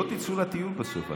לא תצאו לטיול בסוף.